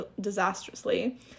disastrously